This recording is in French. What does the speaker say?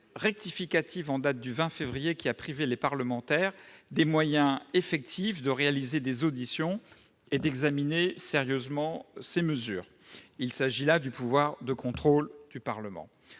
rectificative en date du 20 février dernier, qui a privé les parlementaires des moyens effectifs de procéder à des auditions et d'examiner sérieusement ces mesures. Il y va ici des pouvoirs de contrôle du Parlement.